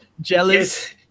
jealous